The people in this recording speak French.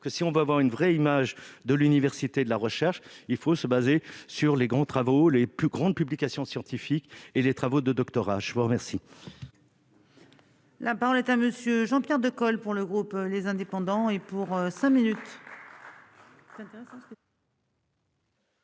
que si on veut avoir une vraie image de l'université de la recherche, il faut se baser sur les grands travaux les plus grandes publications scientifiques et les travaux de doctorat, je vous remercie. La parole est à monsieur Jean-Pierre de colle pour le groupe, les indépendants et pour 5 minutes.